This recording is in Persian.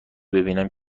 ببینم